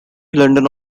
london